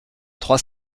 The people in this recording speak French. trois